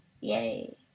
Yay